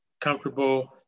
comfortable